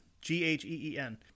G-H-E-E-N